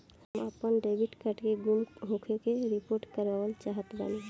हम आपन debit card के गुम होखे के रिपोर्ट करवाना चाहत बानी